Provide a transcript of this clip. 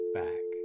back